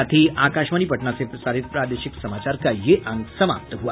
इसके साथ ही आकाशवाणी पटना से प्रसारित प्रादेशिक समाचार का ये अंक समाप्त हुआ